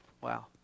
Wow